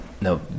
No